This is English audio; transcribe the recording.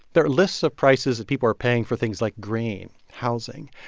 there are lists of prices that people are paying for things like grain, housing.